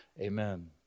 Amen